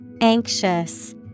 Anxious